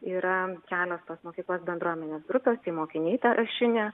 yra kelios tos mokyklos bendruomenės grupės tai mokiniai ta ašinė